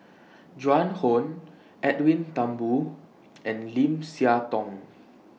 Joan Hon Edwin Thumboo and Lim Siah Tong